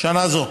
שנה זו,